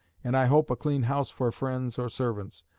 and i hope a clean house for friends or servants.